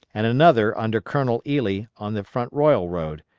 and another under colonel ely on the front royal road,